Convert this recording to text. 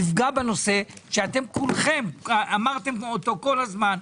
יפגע בנושא שאתם כולכם אמרתם אותו כל הזמן,